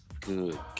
Good